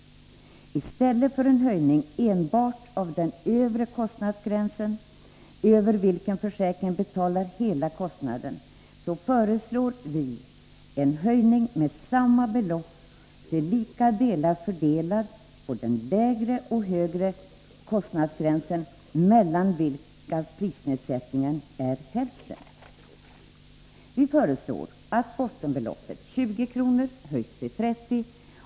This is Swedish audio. Vi föreslår — i stället för en höjning enbart av den övre kostnadsgränsen, över vilken den allmänna sjukförsäkringen betalar kostnaden — en höjning med samma belopp, till lika delar fördelat på den lägre och högre kostnadsgränsen. Här är ju prisnedsättningen hälften. Vi föreslår vidare att bottenbeloppet, 20 kr., höjs till 30 kr.